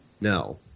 No